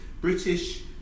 British